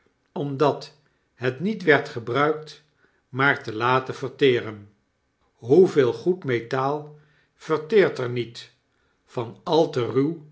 omdat het niet werd gebruikt maar te laten verteren hoeveel goed metaal verteert er niet van al te